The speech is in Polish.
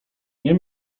nie